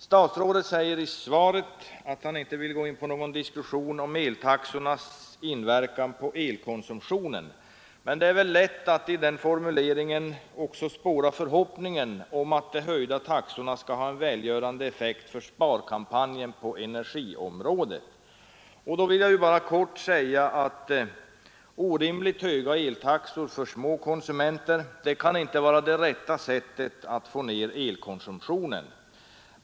Statsrådet säger i svaret att han inte vill gå in på någon diskussion om eltaxornas inverkan på elkonsumtionen, men i den formuleringen är det väl lätt att också spåra förhoppningen att de höjda taxorna skall ha en välgörande effekt på sparkampanjen för energi. Då vill jag kort säga att orimligt höga eltaxor för små konsumenter inte kan vara det rätta sättet att få ned elkonsumtionen.